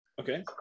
okay